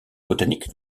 botanique